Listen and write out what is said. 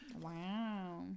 Wow